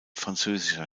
französischer